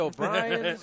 O'Brien